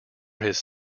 his